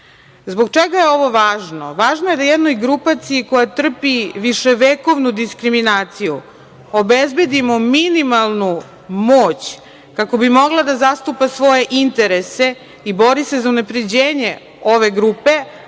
čega je ovo važno? Važno je da jednoj grupaciji koja trpi viševekovnu diskriminaciju obezbedimo minimalnu moć kako bi mogla da zastupa svoje interese i bori se za unapređenje ove grupe,